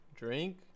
Drink